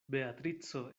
beatrico